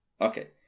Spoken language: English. Okay